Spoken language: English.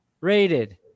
rated